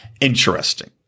interesting